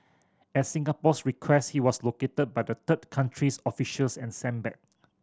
at Singapore's request he was located by the third country's officials and sent back